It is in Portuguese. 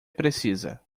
precisa